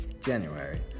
January